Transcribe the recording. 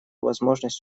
возможность